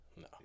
no